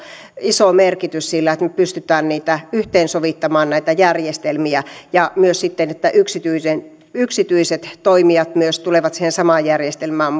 iso merkitys sillä että me pystymme yhteensovittamaan näitä järjestelmiä ja myös siten että yksityiset toimijat tulevat siihen samaan järjestelmään